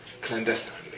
clandestinely